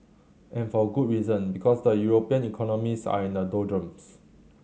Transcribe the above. and for good reason because the European economies are in the doldrums